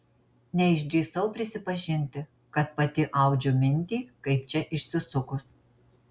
neišdrįsau prisipažinti kad pati audžiu mintį kaip čia išsisukus